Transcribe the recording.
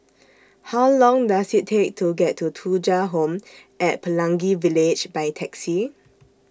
How Long Does IT Take to get to Thuja Home At Pelangi Village By Taxi